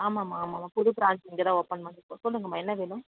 ஆமாம்மா ஆமாம்மா புது பிராஞ்ச் இங்கே தான் ஓபன் பண்ணியிருக்கோம் சொல்லுங்களம்மா என்ன வேணும்